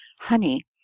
honey